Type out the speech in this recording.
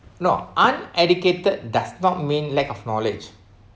not uneducated does not mean lack of knowledge